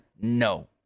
No